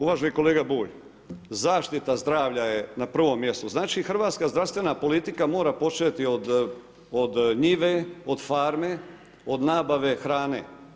Uvaženi kolega Bulj, zaštita zdravlja je na prvom mjesta, znači hrvatska zdravstvena politika, mora početi od njive, od farme, od nabave hrane.